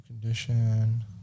condition